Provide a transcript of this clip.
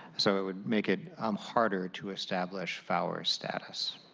so it would make it um harder to establish fower status.